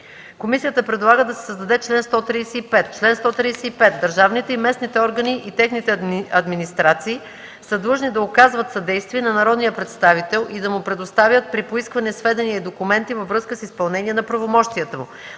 Комисията предлага да се създаде чл. 135: „Чл. 135. Държавните и местните органи и техните администрации са длъжни да оказват съдействие на народния представител и да му предоставят при поискване сведения и документи във връзка с изпълнение на правомощията му.